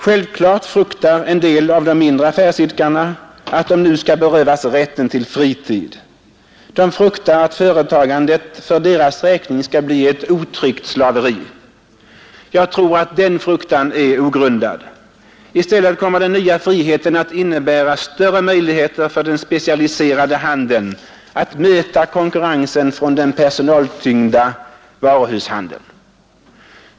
Självfallet fruktar en del av de mindre affärsidkarna att de nu skall berövas rätten till fritid. De fruktar att företagandet för deras räkning skall bli ett otryggt slaveri. Jag tror att denna fruktan är ogrundad. I stället kommer den nya friheten att innebära större möjligheter för den specialiserade handeln att möta konkurrensen från den personaltyngda varuhushandeln.